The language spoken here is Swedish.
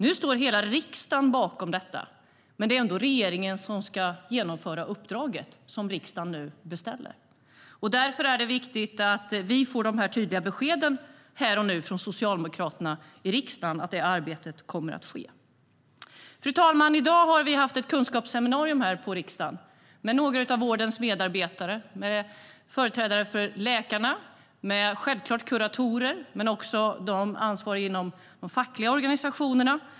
Nu står hela riksdagen bakom detta, men det är ändå regeringen som ska genomföra det uppdrag som riksdagen nu beställer. Därför är det viktigt att vi får tydliga besked här och nu från Socialdemokraterna i riksdagen att arbetet kommer att ske. Fru talman! I dag har vi haft ett kunskapsseminarium här i riksdagen med några av vårdens medarbetare och företrädare för läkarna, med kuratorer och även med de ansvariga inom de fackliga organisationerna.